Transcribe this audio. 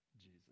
jesus